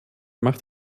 macht